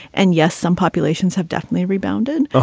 and, yes, some populations have definitely rebounded.